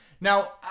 Now